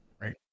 right